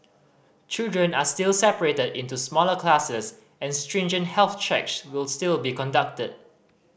children are still separated into smaller classes and stringent health checks will still be conducted